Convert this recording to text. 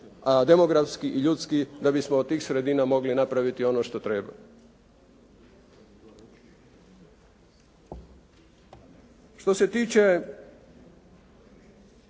demografski i ljudski da bismo od tih sredina mogli napraviti ono što treba. Što se tiče